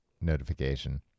notification